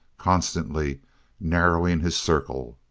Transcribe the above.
constantly narrowing his circle.